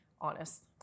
honest